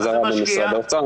חזרה למשרד האוצר,